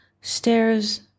stairs